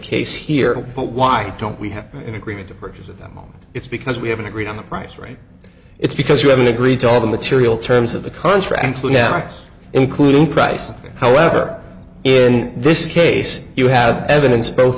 case here but why don't we have an agreement to purchase at the moment it's because we haven't agreed on a price range it's because you haven't agreed to all the material terms of the contract so yes including price however in this case you have evidence both